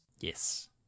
Yes